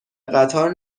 قطار